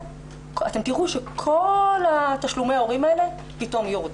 אתם תראו שכל תשלומי ההורים האלה פתאום יורדים.